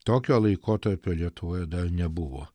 tokio laikotarpio lietuvoje dar nebuvo